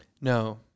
No